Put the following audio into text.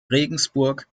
regensburg